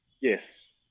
yes